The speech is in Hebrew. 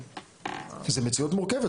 זאת מציאות מורכבת,